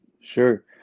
Sure